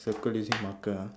circle using marker ah